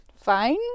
fine